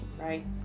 Right